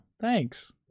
thanks